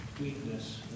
weakness